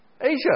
Asia